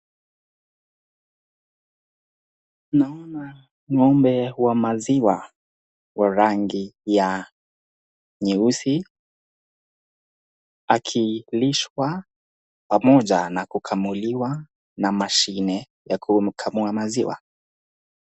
Naona ng'ombe wa maziwa wa rangi ya nyeusi akilishwa pamoja na kukamuliwa na mashine ya kumkamua maziwa.